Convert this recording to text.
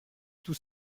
tout